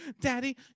daddy